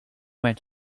went